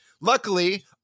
luckily